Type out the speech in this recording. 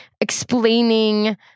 explaining